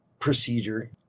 Procedure